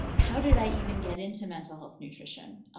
how did i even get into mental health nutrition?